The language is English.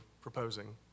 proposing